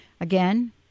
Again